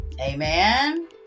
Amen